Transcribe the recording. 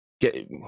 get